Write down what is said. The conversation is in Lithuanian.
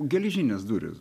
geležinės durys